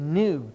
new